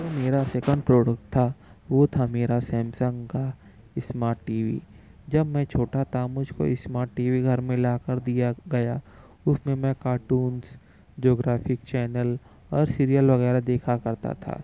میرا second product تھا وہ تھا میرا سیمسنگ کا اسمارٹ ٹی وی جب میں چھوٹا تھا مجھ کو اسمارٹ ٹی وی گھر میں لاکر دیا گیا اس میں میں کارٹونس جغرافک چینل اور سیریل وغیرہ دیکھا کرتا تھا